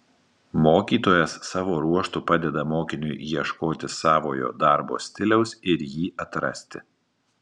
mokytojas savo ruožtu padeda mokiniui ieškoti savojo darbo stiliaus ir jį atrasti